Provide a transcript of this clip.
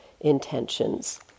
intentions